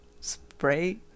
Spray